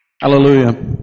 Hallelujah